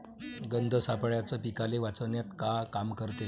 गंध सापळ्याचं पीकाले वाचवन्यात का काम रायते?